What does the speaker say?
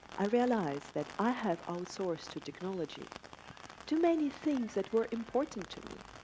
i realize that i have outsourced to technology too many things that were important to me,